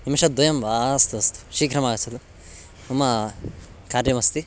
निमिषद्वयं वा अस्तु अस्तु शीघ्रमागच्छतु मम कार्यमस्ति